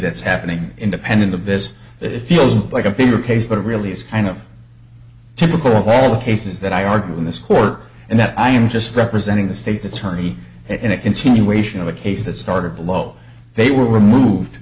that's happening independent of this it feels like a bigger case but it really is kind of typical of all the cases that i argue in this court and that i am just representing the state's attorney in a continuation of a case that started below they were removed